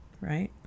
right